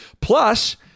Plus